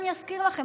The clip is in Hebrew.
אני אזכיר לכם,